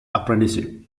apprenticeship